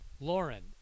Lauren